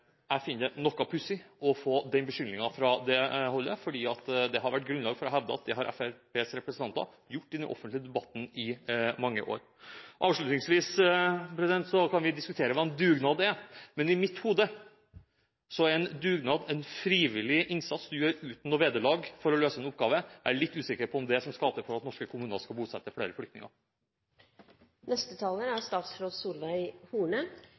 at dette er noe Fremskrittspartiets representanter har gjort i den offentlige debatten i mange år. Avslutningsvis kan vi diskutere hva en dugnad er, men i mitt hode er en dugnad en frivillig innsats du gjør uten noe vederlag for å løse en oppgave. Jeg er litt usikker på om det er det som skal til for at norske kommuner skal bosette flere flyktninger. Jeg skulle ønske at de tidligere regjeringsrepresentantene hadde vært like bekymret for barn som sitter i mottak for noen måneder siden, som det de er